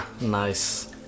Nice